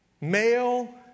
Male